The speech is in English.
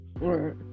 Right